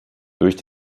durch